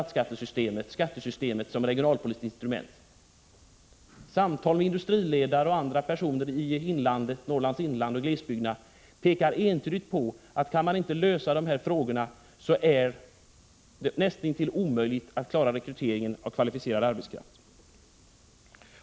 Samtal med industriledare och andra personer i Norrlands inland och glesbygderna pekar entydigt på att kan man inte lösa de här frågorna blir det näst intill omöjligt att klara rekryteringen av kvalificerad arbetskraft.